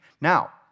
Now